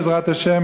בעזרת השם,